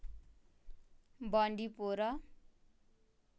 بانڈی پورہ